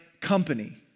company